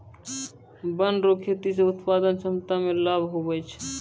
वन रो खेती से उत्पादन क्षमता मे लाभ हुवै छै